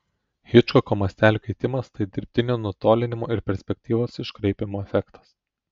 hičkoko mastelio keitimas tai dirbtinio nutolinimo ir perspektyvos iškraipymo efektas